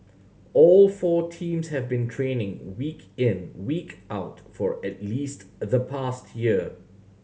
all four teams have been training week in week out for at least the past year